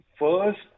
first